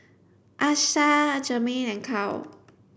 Achsah Jermaine and Cal